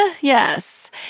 yes